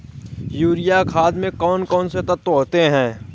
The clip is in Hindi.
यूरिया खाद में कौन कौन से तत्व होते हैं?